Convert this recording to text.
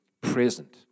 present